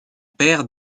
père